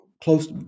Close